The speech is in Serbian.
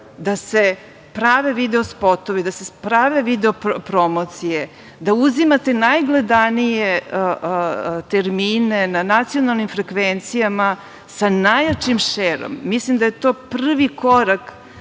da se prave video spotovi, da se prave video promocije, da uzimate najgledanije termine na nacionalnim frekvencijama sa najjačim šerom. Mislim da je to prvi korak